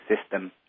system